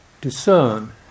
discern